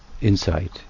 insight